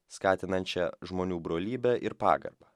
skatinančią žmonių brolybę ir pagarbą